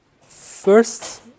first